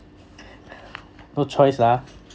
no choice lah